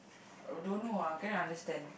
I don't know lah cannot understand